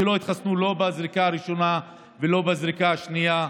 שלא התחסנו לא בזריקה הראשונה ולא בזריקה השנייה,